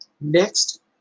Next